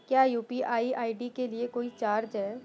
क्या UPI ID के लिए कोई चार्ज है?